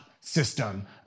system